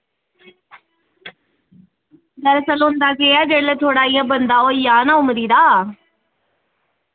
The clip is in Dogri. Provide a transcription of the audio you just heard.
ते होंदा पता केह् ऐ की थोह्ड़ा जेहा जेल्लै बंदा होई जा ना उमरी दा